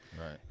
Right